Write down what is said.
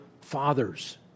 fathers